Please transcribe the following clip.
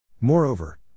Moreover